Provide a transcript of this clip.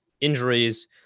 injuries